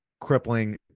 crippling